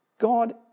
God